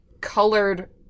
colored